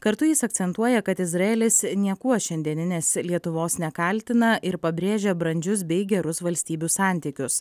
kartu jis akcentuoja kad izraelis niekuo šiandieninės lietuvos nekaltina ir pabrėžia brandžius bei gerus valstybių santykius